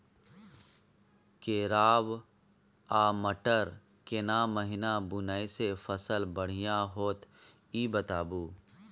केराव आ मटर केना महिना बुनय से फसल बढ़िया होत ई बताबू?